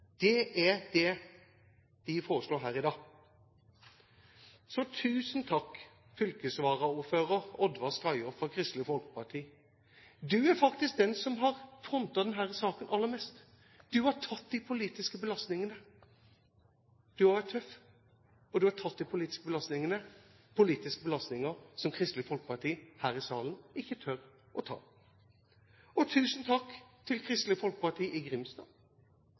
Det er det de foreslår her i dag. Så tusen takk, fylkesvaraordfører Oddvar Skaiaa fra Kristelig Folkeparti! Du er faktisk den som har frontet denne saken aller mest. Du har vært tøff, og du har tatt de politiske belastningene – politiske belastninger som Kristelig Folkeparti her i salen ikke tør å ta. Og tusen takk til Kristelig Folkeparti i